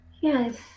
Yes